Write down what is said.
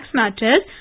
matters